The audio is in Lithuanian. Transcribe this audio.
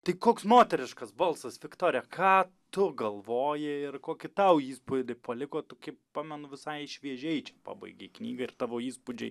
tai koks moteriškas balsas viktorija ką tu galvoji ir kokį tau įspūdį paliko tu kaip pamenu visai šviežiai čia pabaigei knygą ir tavo įspūdžiai